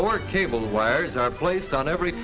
or cable wires are placed on every